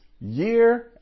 year